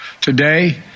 Today